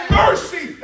mercy